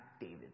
David